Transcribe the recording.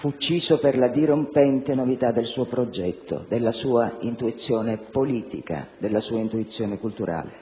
fu ucciso per la dirompente novità del suo progetto, della sua intuizione politica, della sua intuizione culturale,